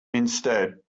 instead